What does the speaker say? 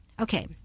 Okay